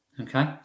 Okay